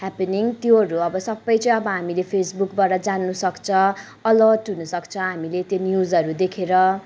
त्योहरू अब सबै चाहिँ अब हामीले फेसबुकबाट जान्नसक्छ अलर्ट हुनसक्छ हामीले त्यो न्युजहरू देखेर